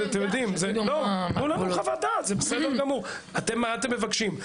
מה אתם מבקשים?